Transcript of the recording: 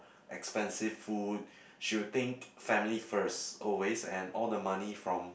expensive food she will think family first always and all the money from